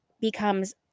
becomes